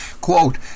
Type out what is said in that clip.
Quote